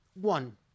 One